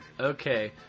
Okay